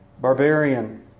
barbarian